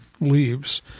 leaves